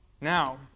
now